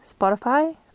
Spotify